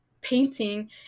painting